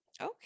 Okay